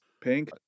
Pink